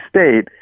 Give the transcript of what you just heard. state